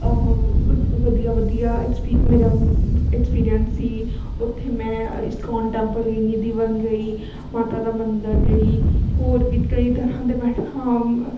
ਵਧੀਆ ਵਧੀਆ ਐਕਸਪੀ ਮੇਰਾ ਐਕਸੀਪੀਰੀਅੰਸ ਸੀ ਉੱਥੇ ਮੈਂ ਈਸਕੋਣ ਟੈਂਪਲ ਨਿੱਧੀ ਵਣ ਗਈ ਮਾਤਾ ਦਾ ਮੰਦਰ ਗਈ ਹੋਰ ਵੀ ਕਈ ਤਰ੍ਹਾਂ ਦੇ ਬਣ ਹਾਂ